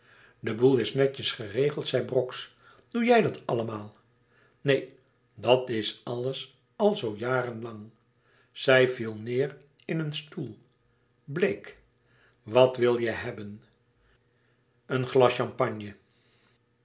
de boel is netjes geregeld zei brox doe jij dat allemaal neen dat is alles al zoo jaren lang zij viel neêr in een stoel bleek wat wil je hebben een glas champagne